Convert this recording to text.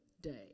day